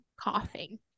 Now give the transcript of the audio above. Coughing